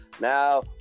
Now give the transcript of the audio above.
now